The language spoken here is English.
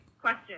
question